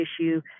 issue